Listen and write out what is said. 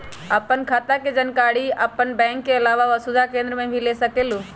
आपन खाता के जानकारी आपन बैंक के आलावा वसुधा केन्द्र से भी ले सकेलु?